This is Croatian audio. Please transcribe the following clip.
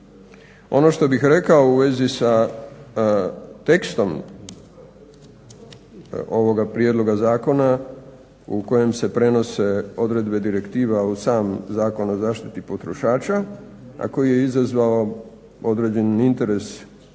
Ono što bih rekao u vezi sa tekstom ovoga prijedloga zakona u kojem se prenose odredbe direktiva u sam Zakon o zaštiti potrošača, a koji je izazvao određeni interes na